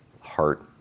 heart